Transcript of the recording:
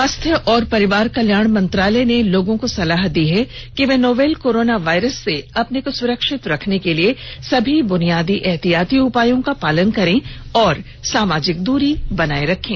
स्वास्थ्य और परिवार कल्याण मंत्रालय ने लोगों को सलाह दी है कि वे नोवल कोरोना वायरस से अपने को सुरक्षित रखने के लिए सभी बुनियादी एहतियाती उपायों का पालन करें और सामाजिक दूरी बनाए रखें